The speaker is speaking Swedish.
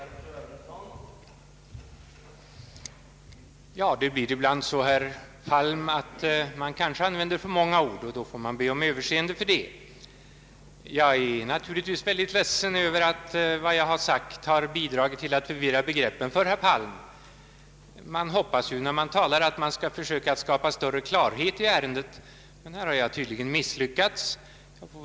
Herr talman! Det blir ibland så, herr Palm, att man använder för många ord. Då får man be om överseende för det. Jag är naturligtvis mycket ledsen över att det jag har sagt har bidragit till att förvilla begreppen för herr Palm. När man talar hoppas man att kunna skapa större klarhet i ett ärende, men jag har tydligen misslyckats härvidlag.